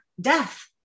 death